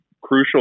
crucial